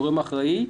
גורם אחראי.